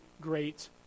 great